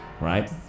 Right